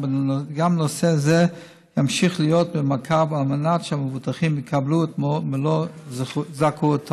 גם נושא זה ימשיך להיות במעקב על מנת שהמבוטחים יקבלו את מלוא זכאותם.